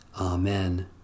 Amen